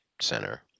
center